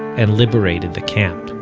and liberated the camp